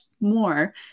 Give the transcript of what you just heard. more